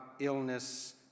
illness